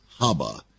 Haba